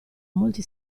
molti